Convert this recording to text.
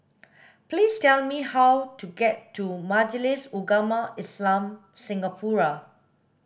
please tell me how to get to Majlis Ugama Islam Singapura